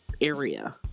area